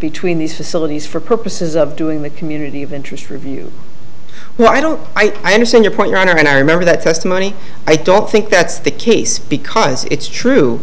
between these facilities for purposes of doing the community of interest review well i don't understand your point your honor and i remember that testimony i don't think that's the case because it's true